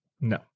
No